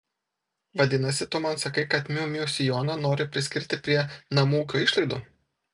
vadinasi tu man sakai kad miu miu sijoną nori priskirti prie namų ūkio išlaidų